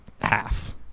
half